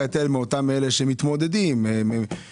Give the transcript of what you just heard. אתה תיתן לו הרשאה להתחייב כדי לאפשר לפרוס